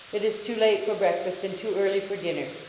it is too late for breakfast and too early for dinner.